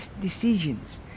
decisions